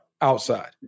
outside